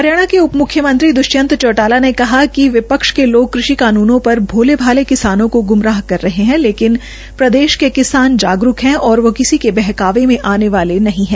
हरियाणा के उप मुख्यमंत्री दृष्यंत चौटाला ने कहा कि विपक्ष के लोग कृषि कानूनों पर भोले भाले किसानों को गुमराह कर रहे हैं लेकिन प्रदेश के किसान जागरूक हैं और वो किसी के बेहकावे में आने वाले नहीं हैं